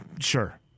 sure